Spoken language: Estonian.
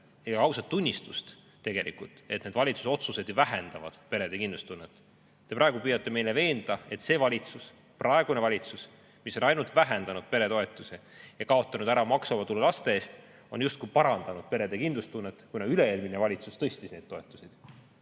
ega ausat tunnistust, et tegelikult need valitsuse otsused vähendavad perede kindlustunnet. Te praegu püüate meid veenda, et see valitsus, praegune valitsus, mis on ainult vähendanud peretoetusi ja kaotanud ära maksuvaba tulu [soodustuse] laste eest, on justkui parandanud perede kindlustunnet, kuna üle-eelmine valitsus tõstis neid toetusi.